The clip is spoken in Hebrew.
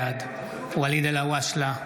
בעד ואליד אלהואשלה,